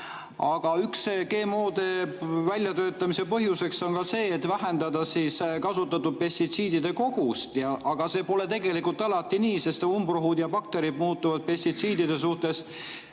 Aga üks GMO‑de väljatöötamise põhjus on see, et vähendada kasutatud pestitsiidide kogust. Aga see pole tegelikult alati nii, sest umbrohud ja bakterid muutuvad pestitsiidide suhtes